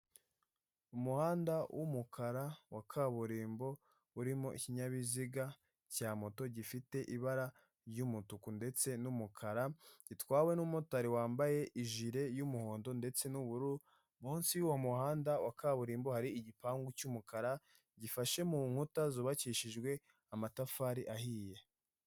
Umuhanda w'umukara wa kaburimbo urimo ikinyabiziga cya moto gifite ibara ry'umutuku ndetse n'umukara, gitwawe n'umumotari wambaye ijire y'umuhondo ndetse n'ubururu, munsi y'uwo muhanda wa kaburimbo hari igipangu cy'umukara gifashe mu nkuta zubakishijwe amatafari ahiye.